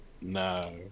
No